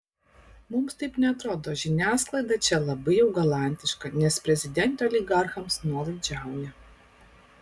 mums taip neatrodo žiniasklaida čia labai jau galantiška nes prezidentė oligarchams nuolaidžiauja